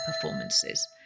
performances